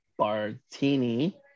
Bartini